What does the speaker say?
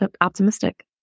optimistic